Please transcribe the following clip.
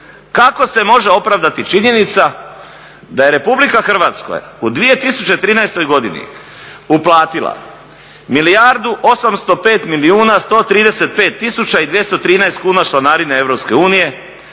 Kako se može opravdati činjenica da je RH u 2013. godini uplatila milijardu 805 milijuna 135 tisuća i 213 kuna članarine EU,